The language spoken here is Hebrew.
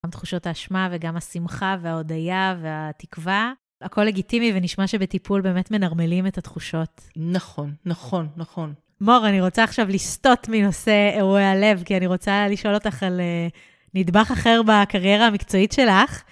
גם תחושות האשמה וגם השמחה וההודיה והתקווה. הכל לגיטימי, ונשמע שבטיפול באמת מנרמלים את התחושות. נכון, נכון, נכון. מור, אני רוצה עכשיו לסטות מנושא אירועי הלב, כי אני רוצה לשאול אותך על נדבך אחר בקריירה המקצועית שלך.